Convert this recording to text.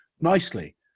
nicely